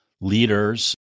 leaders